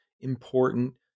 important